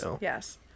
yes